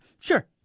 sure